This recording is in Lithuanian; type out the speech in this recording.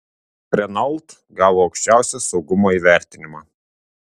renault gavo aukščiausią saugumo įvertinimą